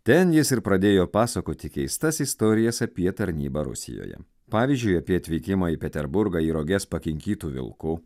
ten jis ir pradėjo pasakoti keistas istorijas apie tarnybą rusijoje pavyzdžiui apie atvykimą į peterburgą į roges pakinkytu vilku